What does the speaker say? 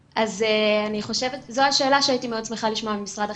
זו השאלה שהייתי מאוד שמחה לשמוע ממשרד החינוך,